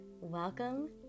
welcome